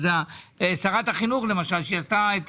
למשל שרת החינוך, כשהיא עשתה את